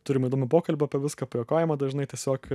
turim įdomių pokalbių apie viską pajuokaujam dažnai tiesiog